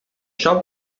shop